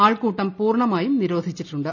ആൾക്കൂട്ടം പൂർണമായും നിരോധിച്ചിട്ടുണ്ട്